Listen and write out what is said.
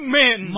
men